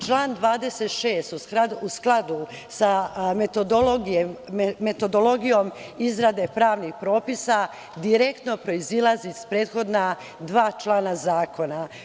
Član 26. u skladu sa metodologijom izrade pravnih propisa direktno proizilazi iz prethodna dva člana zakona.